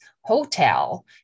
hotel